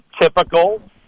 typical